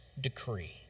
decree